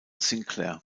sinclair